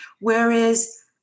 Whereas